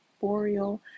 boreal